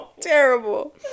Terrible